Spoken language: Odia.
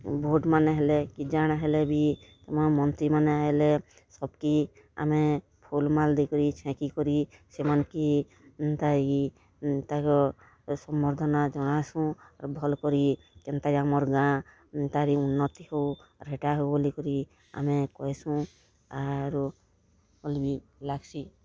ଭୋଟ୍ମାନେ ହେଲେ କି ଯାଣ ହେଲେ ବି ଆମ ମନ୍ତ୍ରୀମାନେ ଆଏଲେ ସବ୍କେ ଆମେ ଫୁଲ୍ ମାଲ୍ ଦେଇକରି ଛେଙ୍କି କରି ସେମାନ୍କେ ଏନ୍ତା କି ତାଙ୍କର୍ ସମର୍ଦ୍ଧନା ଜଣାସୁଁ ଆର୍ ଭଲ୍ କରି କେନ୍ତା ଯେ ଆମର୍ ଗାଁ ଏନ୍ତା କରି ଉନ୍ନତି ହୋଉ ହେଟା ହୋଉ ବୋଲି କରି ଆମେ କହେସୁଁ ଆରୁ ଭଲ୍ ବି ଲାଗ୍ସି